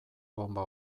bonba